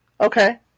Okay